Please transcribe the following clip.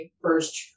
first